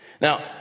Now